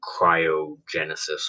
Cryogenesis